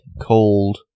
cold